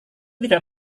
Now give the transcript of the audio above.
tidak